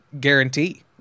guarantee